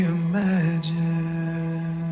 imagine